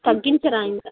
తగ్గించరా ఇంక